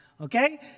okay